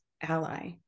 ally